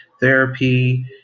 therapy